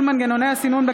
מסקנות ועדת החינוך,